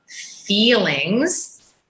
feelings